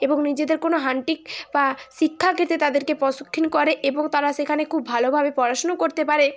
এবং নিজেদের কোনো বা শিক্ষাক্ষেত্রে তাদেরকে প্রশিক্ষণ করে এবং তারা সেখানে খুব ভালোভাবে পড়াশুনো করতে পারে